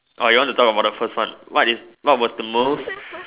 orh you want to talk about the first one what is what was the most